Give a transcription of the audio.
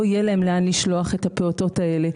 לא יהיה להם לאן לשלוח את הפעוטות האלה.